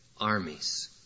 armies